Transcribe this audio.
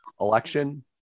election